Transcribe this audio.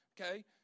okay